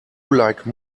like